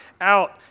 out